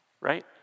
Right